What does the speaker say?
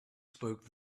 spoke